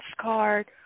card